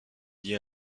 liée